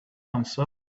answered